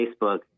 Facebook